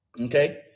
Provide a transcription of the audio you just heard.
okay